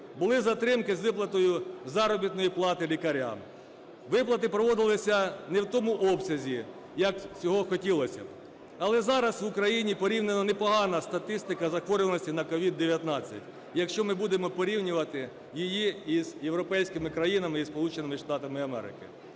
Були затримки з виплатою заробітної плати лікарям. Виплати проводилися не в тому обсязі, як цього хотілося б. Але зараз в Україні порівняно непогана статистика захворюваності на COVID-19, якщо ми будемо порівнювати її із європейськими країнами, із